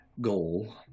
goal